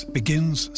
begins